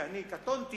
כי אני קטונתי